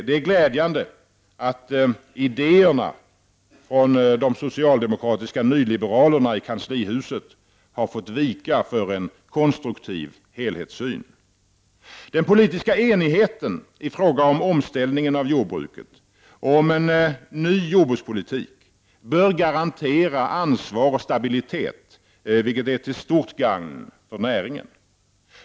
Det är glädjande att idéerna från de socialdemokratiska nyliberalerna i kanslihuset har fått vika för en konstruktiv helhetssyn. Den politiska enigheten i fråga om omställningen av jordbruket och om en ny jordbrukspolitik bör garantera ansvar och stabilitet, vilket är till stort gagn för näringen.